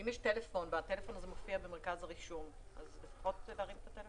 אם יש טלפון והטלפון הזה מופיע במרכז הרישום אז לפחות להרים טלפון.